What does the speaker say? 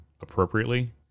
appropriately